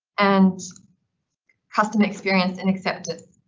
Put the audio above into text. and customer experience and acceptance.